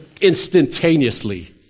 instantaneously